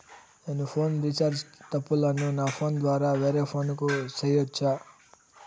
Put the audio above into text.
నేను phone recharge తప్పులను నా ఫోను ద్వారా వేరే ఫోను కు సేయొచ్చా?